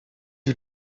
you